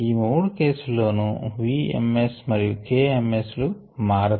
ఈ మూడు కేస్ లలోను v ms మరియు k ms లు మారతాయి